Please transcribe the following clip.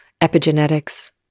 epigenetics